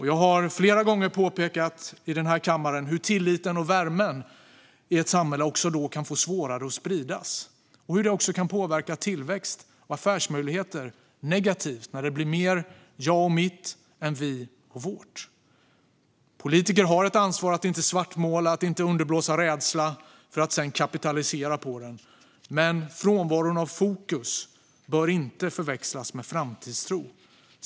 Jag har flera gånger påpekat i kammaren hur tilliten och värmen i ett samhälle då kan få svårare att spridas. Det kan även påverka tillväxt och affärsmöjligheter negativt när det blir mer jag och mitt än vi och vårt. Politiker har ett ansvar att inte svartmåla och att inte underblåsa rädsla för att sedan kapitalisera på den. Men frånvaron av fokus bör inte förväxlas med framtidstro.